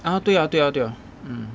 ah 对啊对啊对啊 mm